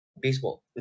baseball